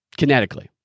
kinetically